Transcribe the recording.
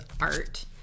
art